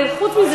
וחוץ מזה,